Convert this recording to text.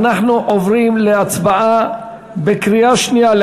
אנחנו עוברים להצבעה בקריאה שנייה על